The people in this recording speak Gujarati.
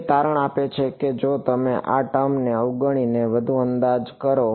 તે તારણ આપે છે કે જો તમે આ ટર્મ ને અવગણીને વધુ અંદાજ કર છો